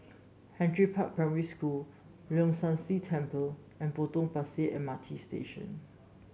Henry Park Primary School Leong San See Temple and Potong Pasir M R T Station